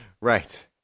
Right